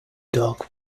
dark